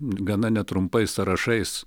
ir gana netrumpais sąrašais